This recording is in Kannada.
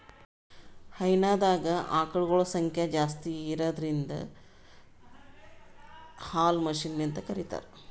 ಹೈನಾದಾಗ್ ಆಕಳಗೊಳ್ ಸಂಖ್ಯಾ ಜಾಸ್ತಿ ಇರದ್ರಿನ್ದ ಹಾಲ್ ಮಷಿನ್ಲಿಂತ್ ಕರಿತಾರ್